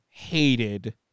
hated